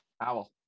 Owl